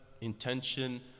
intention